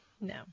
No